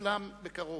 יושלם בקרוב.